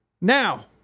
now